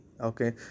okay